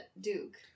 Duke